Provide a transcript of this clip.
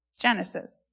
Genesis